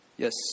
Yes